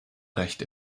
recht